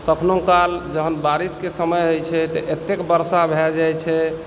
कखनहुँ काल जहन बारिशके समय होयत छै तऽ एतेक बरसा भए जैत छै